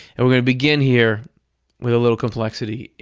and we're going to begin here with a little complexity.